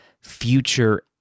future